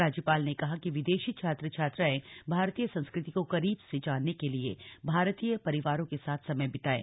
राज्यपाल ने कहा कि विदेशी छात्र छात्राएं भारतीय संस्कृति को करीब से जानने के लिये भारतीय परिवारों के साथ समय बिताएं